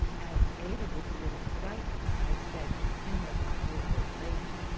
as ada was a little frightened, i said, to humour the poor old lady,